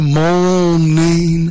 morning